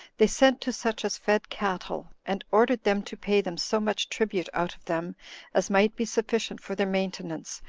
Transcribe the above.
they sent to such as fed cattle, and ordered them to pay them so much tribute out of them as might be sufficient for their maintenance,